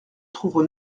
trouve